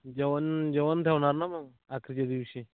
जेवण जेवण ठेवणार ना मग आखरीच्या दिवशी